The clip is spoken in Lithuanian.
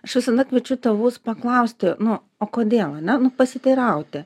aš visada kviečiu tėvus paklausti nu o kodėl ane nu pasiteirauti